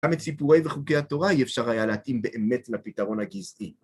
גם את סיפורי וחוקי התורה אי אפשר היה להתאים באמת לפתרון הגזעי.